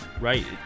Right